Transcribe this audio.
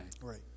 Right